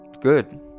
good